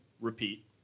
Repeat